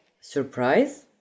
surprise